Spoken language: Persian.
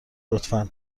لطفا